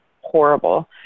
horrible